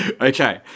Okay